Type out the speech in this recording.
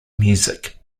music